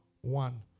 one